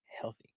healthy